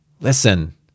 Listen